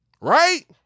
Right